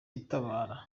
itabara